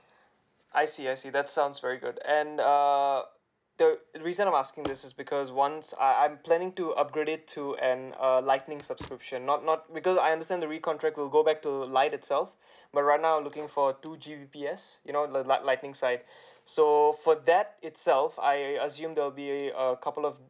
I see I see that sounds very good and uh the reason why I'm asking this is because once uh I'm planning to upgrade it to an err lightning subscription not not because I understand the recontract will go back to light itself but right now I'm looking for two G_B_P_S you know the light lightning's like so for that itself I I assume there will be a couple of